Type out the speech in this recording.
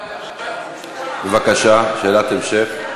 אפשר שאלת המשך?